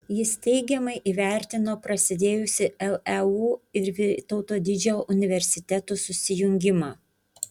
jis teigiamai įvertino prasidėjusį leu ir vytauto didžiojo universitetų susijungimą